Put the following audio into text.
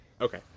Okay